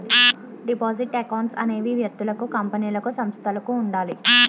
deposit accounts అనేవి వ్యక్తులకు కంపెనీలకు సంస్థలకు ఉండాలి